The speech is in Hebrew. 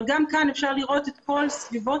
אבל גם כאן אפשר לראות את כל סביבות